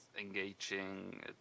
engaging